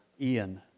ian